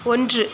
ஒன்று